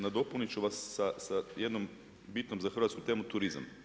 Nadopunit ću vas sa jednom bitnom za Hrvatsku temu turizam.